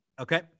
Okay